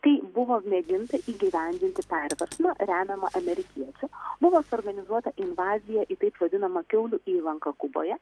kai buvo mėginta įgyvendinti perversmą remiamą amerikiečių buvo suorganizuota invazija į taip vadinamą kiaulių įlanką kuboje